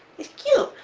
it's cute!